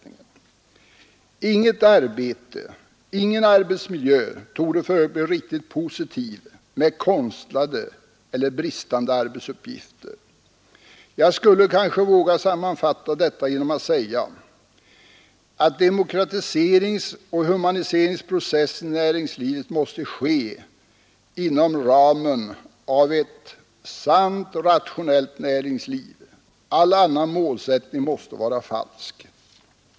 Inget arbete, ingen arbetsmiljö, torde för övrigt bli riktigt positiv med konstlade eller bristande arbetsuppgifter. Jag skulle kanske våga sammanfatta detta genom att säga, att demokratiseringsoch humaniseringsprocessen i näringslivet måste ske inom ramen av ett sant rationellt näringsliv. All annan målsättning måste vara falsk.